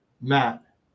Matt